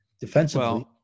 defensively